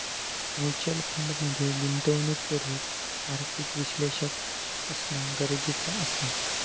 mutual fund मध्ये गुंतवणूक करूक आर्थिक विश्लेषक असना गरजेचा असा